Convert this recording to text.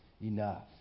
enough